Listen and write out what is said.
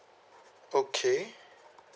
okay